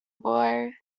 war